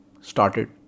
started